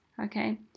Okay